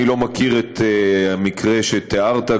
אני לא מכיר את המקרה שתיארת,